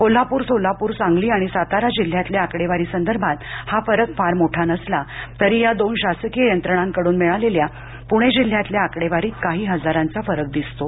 कोल्हापूर सोलापूर सांगली आणि सातारा जिल्ह्यातल्या आकडेवारीसंदर्भात हा फरक फार मोठा नसला तरी या दोन शासकीय यंत्रणांकडून मिळालेल्या पुणे जिल्ह्यातल्या आकडेवारीत काही हजारांचा फरक दिसतो